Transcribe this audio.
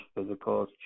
physical